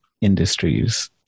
industries